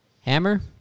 Hammer